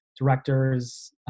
directors